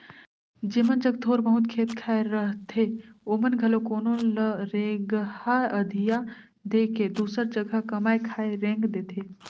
जेमन जग थोर बहुत खेत खाएर रहथे ओमन घलो कोनो ल रेगहा अधिया दे के दूसर जगहा कमाए खाए रेंग देथे